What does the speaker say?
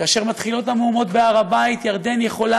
כאשר מתחילות המהומות בהר הבית ירדן יכולה